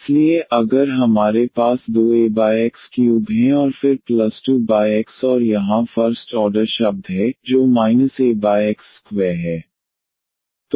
इसलिए अगर हमारे पास दो Ax3 हैं और फिर प्लस 2x और यहां फर्स्ट ऑर्डर शब्द है जो Ax2 है